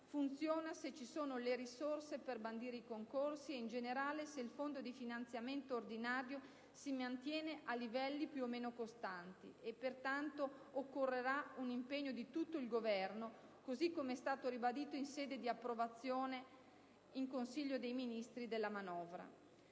funziona se ci sono le risorse per bandire i concorsi e, in generale, se il Fondo di finanziamento ordinario si mantiene a livelli più o meno costanti. Pertanto, occorrerà un impegno di tutto il Governo, così come è stato ribadito in sede di approvazione della manovra